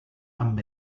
amb